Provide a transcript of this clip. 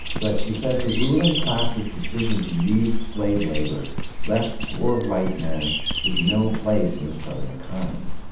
but, she says, the ruling class's decision to use slave labor left poor white men with no place in the southern economy.